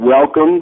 welcome